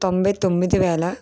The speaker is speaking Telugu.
తొంభై తొమ్మిది వేల